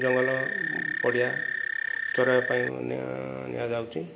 ଜଙ୍ଗଲ ପଡ଼ିଆ ଚରାଇବା ପାଇଁ ନିଆ ନିଆଯାଉଛି